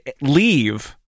leave